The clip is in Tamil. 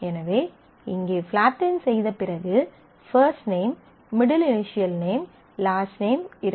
எனவே இங்கே ஃப்லாட்டென் செய்த பிறகு first name middle initial name last name இருக்கும்